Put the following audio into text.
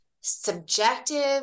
subjective